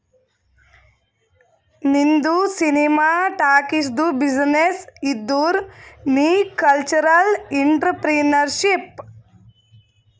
ನಿಂದು ಸಿನಿಮಾ ಟಾಕೀಸ್ದು ಬಿಸಿನ್ನೆಸ್ ಇದ್ದುರ್ ನೀ ಕಲ್ಚರಲ್ ಇಂಟ್ರಪ್ರಿನರ್ಶಿಪ್